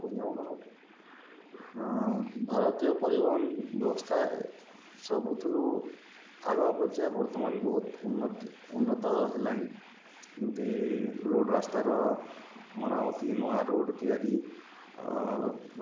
ଭାରତୀୟ ପରିବହନ ବ୍ୟବସ୍ଥା ସବୁଥିରୁ ଆଗ ଅପେକ୍ଷା ବର୍ତ୍ତମାନ ବହୁତ ଉନ୍ନତି ଉନ୍ନତ ହେଲାଣି ଯେମିତି ରୋଡ଼ ରାସ୍ତାର ମରାମତି ନୂଆ ରୋଡ଼ ତିଆରି